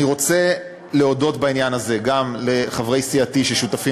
אני רוצה להודות בעניין הזה גם לחברי סיעתי ששותפים